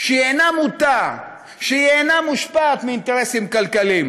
שאינה מוטה, שאינה מושפעת מאינטרסים כלכליים,